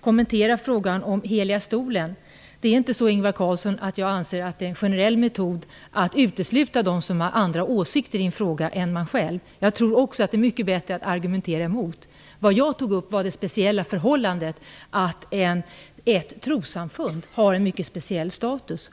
kommentera frågan om Heliga stolen. Det är inte så, Ingvar Carlsson, att jag anser det vara en generell metod att utesluta dem som har andra åsikter i en fråga än jag själv. Också jag tror att det är mycket bättre att argumentera mot. Vad jag tog upp var det speciella förhållandet att ett trossamfund har en mycket speciell status.